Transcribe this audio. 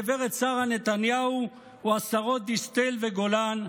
הגב' שרה נתניהו, או השרות דיסטל וגולן.